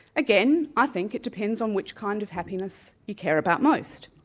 again, i think it depends on which kind of happiness you care about most.